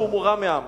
מישהו שהוא מורם מעם.